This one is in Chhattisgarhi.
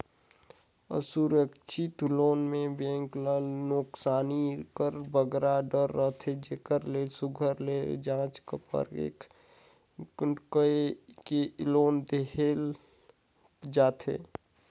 असुरक्छित लोन में बेंक ल नोसकानी कर बगरा डर रहथे जेकर ले सुग्घर ले जाँच परेख कइर के ए लोन देहल जाथे